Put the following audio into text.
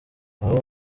aba